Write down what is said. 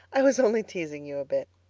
i was only teasing you a bit.